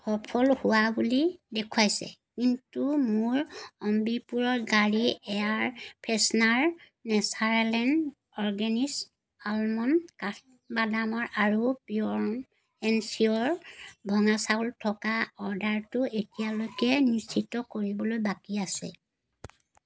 সফল হোৱা বুলি দেখুৱাইছে কিন্তু মোৰ এম্বি পিয়ৰ গাড়ীৰ air freshener natural and organics almond কাঠবাদাম আৰু পিয়ৰ এণ্ড চিয়ৰ ভঙা চাউল থকা অৰ্ডাৰটো এতিয়ালৈকে নিশ্চিত কৰিবলৈ বাকী আছে